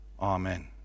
Amen